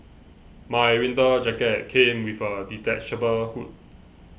my winter jacket came with a detachable hood